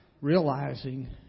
Realizing